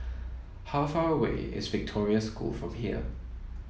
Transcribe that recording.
how far away is Victoria School from here